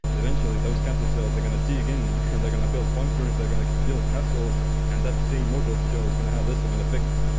eventually those cancer cells, they're going to dig in and they're going to build bunkers. they're going to like build castles and that same mortar shell is going to have less of an effect.